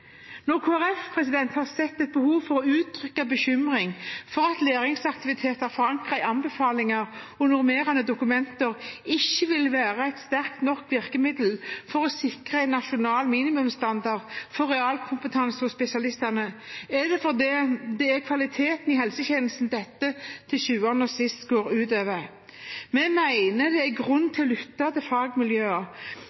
Når Kristelig Folkeparti har sett et behov for å uttrykke bekymring for at læringsaktiviteter forankret i anbefalinger og normerende dokumenter ikke vil være et sterkt nok virkemiddel for å sikre en nasjonal minimumsstandard for realkompetanse hos spesialistene, er det fordi det er kvaliteten i helsetjenestene dette til syvende og sist går ut over. Vi mener det er grunn